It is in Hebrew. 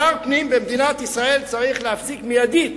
שר הפנים במדינת ישראל צריך להפסיק מיידית